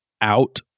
out